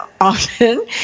often